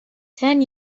ten